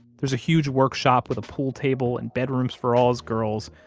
there's a huge workshop with a pool table and bedrooms for all his girls,